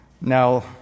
Now